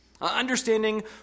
Understanding